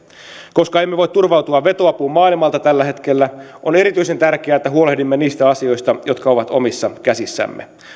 koska emme voi turvautua vetoapuun maailmalta tällä hetkellä on erityisen tärkeää että huolehdimme niistä asioista jotka ovat omissa käsissämme